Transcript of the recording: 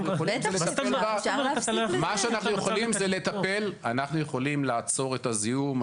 אנחנו יכולים לעצור את הזיהום.